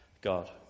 God